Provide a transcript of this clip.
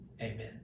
Amen